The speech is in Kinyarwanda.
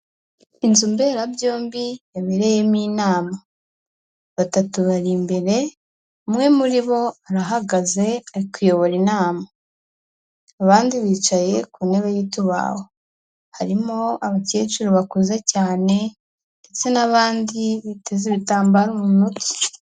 Inzu mberabyombi yabereyemo inama, batatu bari imbere umwe muri bo arahagaze ari kuyobora inama, abandi bicaye ku ntebe y'itubahu, harimo abakecuru bakuze cyane ndetse n'abandi biteze ibitambaro mu mutwe.